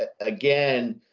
again